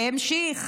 והמשיך: